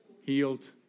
healed